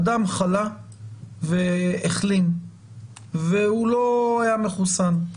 אדם חלה והחלים והוא לא היה מחוסן.